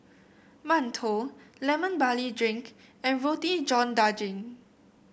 mantou Lemon Barley Drink and Roti John Daging